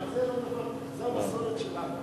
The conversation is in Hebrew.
זו המסורת שלנו.